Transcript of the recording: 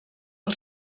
del